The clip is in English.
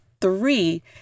three